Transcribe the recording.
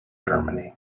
germany